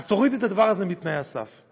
אז תוריד את הדבר הזה מתנאי הסף.